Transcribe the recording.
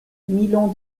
milon